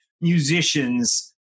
musicians